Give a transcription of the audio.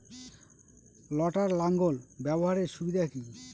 লটার লাঙ্গল ব্যবহারের সুবিধা কি?